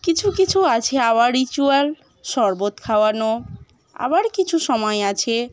কিছু কিছু আছে আবার রিচুয়াল শরবত খাওয়ানো আবার কিছু সময় আছে